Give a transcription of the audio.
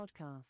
Podcast